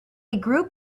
group